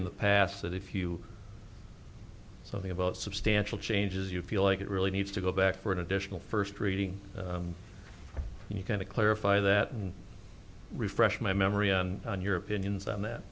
in the past that if you something about substantial changes you feel like it really needs to go back for an additional first reading you can to clarify that and refresh my memory and on your opinions on that